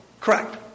Correct